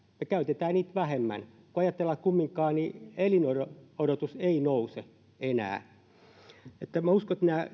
ja käytetään niitä vähemmän kun ajatellaan että kumminkaan elinodotus ei nouse enää että en minä usko että nämä